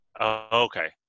Okay